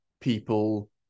people